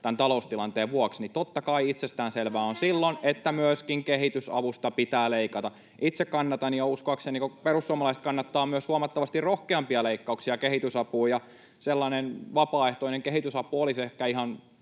tämän taloustilanteen vuoksi, niin totta kai itsestään selvää on silloin, että myöskin kehitysavusta pitää leikata. [Pia Lohikoski: Se on teidän valintanne!] Itse kannatan ja uskoakseni perussuomalaiset kannattavat myös huomattavasti rohkeampia leikkauksia kehitysapuun, ja sellainen vapaaehtoinen kehitysapu olisi ehkä ihan